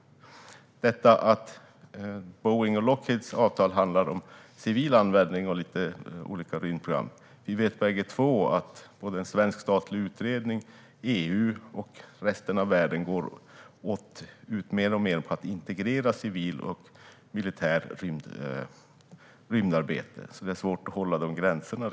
Boeings och Lockheeds avtal ska handla om civil användning av olika rymdprogram. Vi vet bägge två, och det framgår av en svensk statlig utredning, och EU och resten av världen vet, att rymdprogram mer och mer går ut på att integrera civilt och militärt rymdarbete. Det är svårt att hålla de gränserna.